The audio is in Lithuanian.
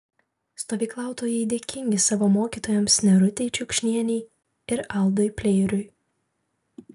stovyklautojai dėkingi savo mokytojams nerutei čiukšienei ir aldui pleiriui